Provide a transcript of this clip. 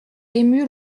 émus